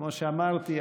וכמו שאמרתי,